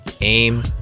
aim